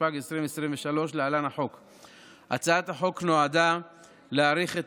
התשפ"ג 2023. הצעת החוק נועדה להאריך את